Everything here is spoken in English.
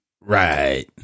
Right